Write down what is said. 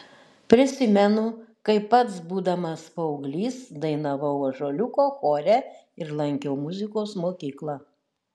prisimenu kaip pats būdamas paauglys dainavau ąžuoliuko chore ir lankiau muzikos mokyklą